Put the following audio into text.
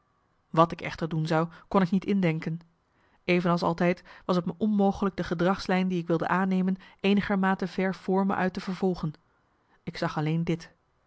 wat ik echter doen zou kon ik niet indenken evenals altijd was t me onmogelijk de gedragslijn die ik wilde aannemen eenigermate ver vr me uit te vervolgen ik zag alleen dit